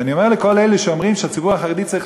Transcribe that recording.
ואני אומר לכל אלה שאומרים שהציבור החרדי צריך